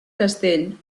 castell